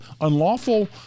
unlawful